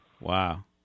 Wow